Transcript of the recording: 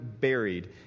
buried